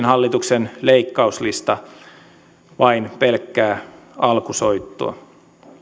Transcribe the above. hallituksen leikkauslista vain pelkkää alkusoittoa